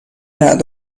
رعد